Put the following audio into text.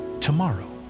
tomorrow